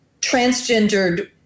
transgendered